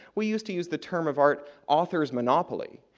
we used to use the term of art author's monopoly,